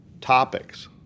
topics